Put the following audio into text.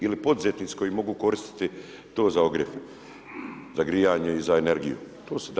Ili poduzetnici koji mogu koristiti to za ogrjev, za grijanje i za energiju.